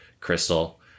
crystal